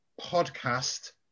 podcast